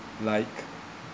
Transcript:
like